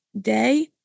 day